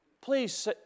Please